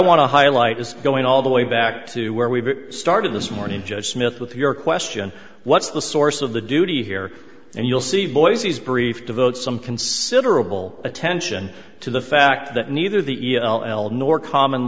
want to highlight is going all the way back to where we started this morning judge smith with your question what's the source of the duty here and you'll see boise's brief devote some considerable attention to the fact that neither the e l nor common